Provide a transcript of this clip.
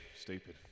stupid